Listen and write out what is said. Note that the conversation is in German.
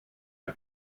der